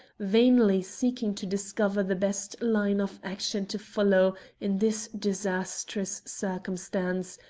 vainly seeking to discover the best line of action to follow in this disastrous circumstance,